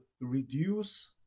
reduce